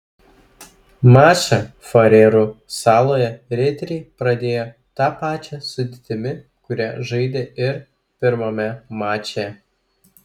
mačą farerų saloje riteriai pradėjo ta pačia sudėtimi kuria žaidė ir pirmame mače